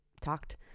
talked